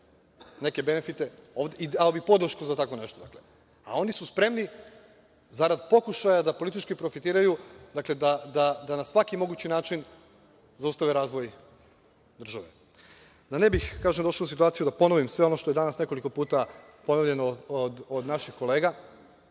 neke benefite i dao bih podršku za tako nešto. A oni su spremni, zarad pokušaja da politički profitiraju, da na svaki mogući način zaustave razvoj države. Da ne bih došao u situaciju da ponovim sve ono što je danas nekoliko puta ponovljeno od naših kolega,